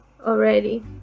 already